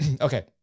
Okay